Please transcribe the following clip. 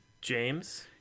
James